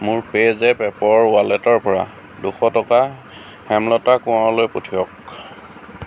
মোৰ PayZapp এপৰ ৱালেটৰপৰা দুশ টকা হেমলতা কোঁৱৰলৈ পঠিয়াওক